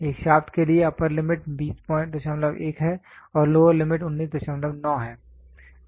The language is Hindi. एक शाफ्ट के लिए अप्पर लिमिट 201 है और लोअर लिमिट 199 है